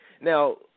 Now